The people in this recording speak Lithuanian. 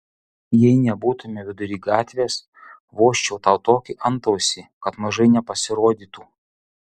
jei nebūtumėme vidury gatvės vožčiau tau tokį antausį kad mažai nepasirodytų